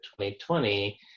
2020